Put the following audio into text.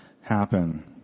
happen